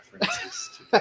references